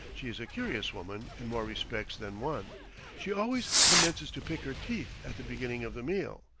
she is a curious woman in more respects than one she always commences to pick her teeth at the beginning of the meal,